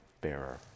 bearer